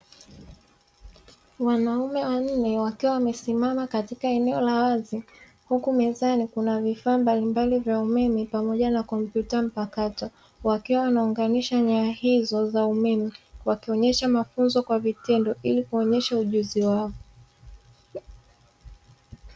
Wanaume wanne wakiwa wamesimama katika eneo la wazi huku mezani kuna vifaa mbalimbali vya umeme pamoja na kompyuta mpakato; wakiwa wanaunganisha nyaya hizo za umeme wakionyesha mafunzo kwa vitendo ili kuonyesha ujuzi wao.